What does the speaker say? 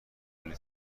کلّی